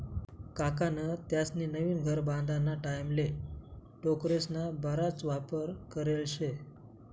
काकान त्यास्नी नवीन घर बांधाना टाईमले टोकरेस्ना बराच वापर करेल शे